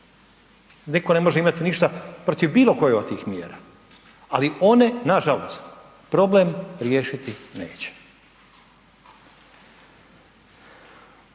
niko ne može imati ništa protiv bilo koje od tih mjera, ali one nažalost problem riješiti neće.